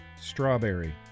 strawberry